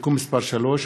(תיקון מס' 3),